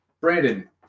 Brandon